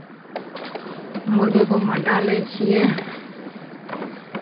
मुरगीकेँ ओहिमे डालै छियै